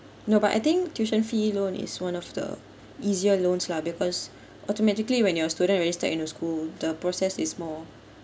no but I think tuition fee loan is one of the easier loans lah because automatically when you're a student registered in a school the process is more